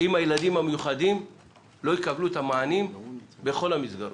אם הילדים המיוחדים לא יקבלו את המענים בכל המסגרות.